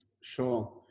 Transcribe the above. Sure